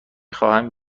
خواهم